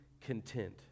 content